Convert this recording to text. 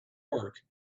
work